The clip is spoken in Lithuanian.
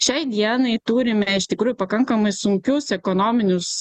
šiai dienai turime iš tikrųjų pakankamai sunkius ekonominius